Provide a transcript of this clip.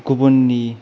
गुबुननि